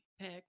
Pick